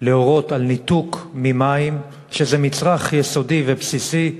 להורות על ניתוק ממים, שזה מצרך יסודי ובסיסי,